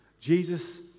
Jesus